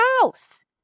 house